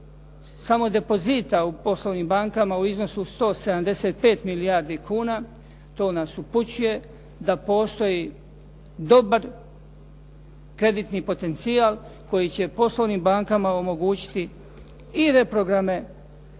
samo depozita u poslovnim bankama u iznosu 175 milijardi kuna to nas upućuje da postoji dobar kreditni potencijal koji će poslovnim bankama omogućiti i reprograme